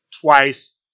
twice